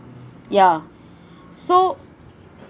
ya so